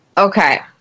okay